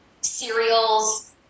cereals